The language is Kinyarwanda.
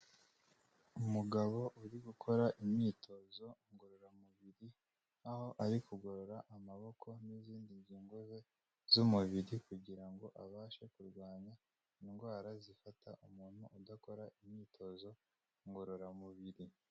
Umugabo uri gukora imyitozo ngororamubiri, aho ari kugorora amaboko n'izindi ngingo ze z'umubiri, kugira ngo abashe kurwanya indwara zifata umuntu udakora imyitozo ngororamubiri.